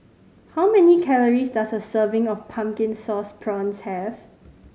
how many calories does a serving of Pumpkin Sauce Prawns have